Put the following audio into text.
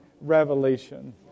revelation